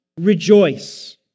Rejoice